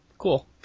Cool